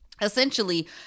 Essentially